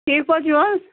ٹھیٖک پٲٹھۍ چھِو حظ